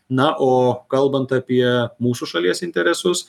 na o kalbant apie mūsų šalies interesus